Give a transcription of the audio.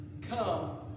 come